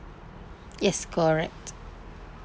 yes correct